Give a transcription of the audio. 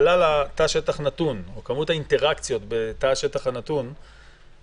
"(ג) על אף האמור בתקנת משנה (ב),